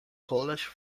college